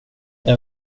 jag